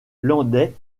landais